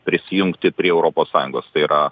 prisijungti prie europos sąjungos tai yra